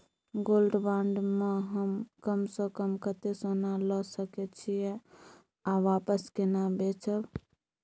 Gold bond म हम कम स कम कत्ते सोना ल सके छिए आ वापस केना बेचब?